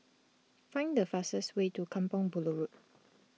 find the fastest way to Kampong Bahru Road